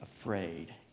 afraid